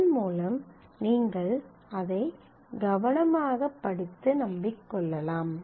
இதன் மூலம் நீங்கள் அதை கவனமாகப் படித்து நம்பிக் கொள்ளலாம்